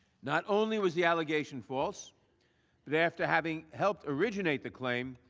not only was the allegation false but after having helped originate the claim,